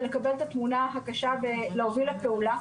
לקבל את התמונה הקשה ולהוביל לפעולה,